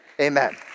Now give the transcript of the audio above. Amen